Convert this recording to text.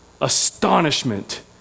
astonishment